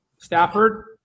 Stafford